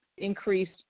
increased